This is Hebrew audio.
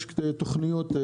יש תוכניות.